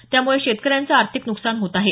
त्यामुळे शेतकऱ्यांचं आर्थिक नुकसान होत आहे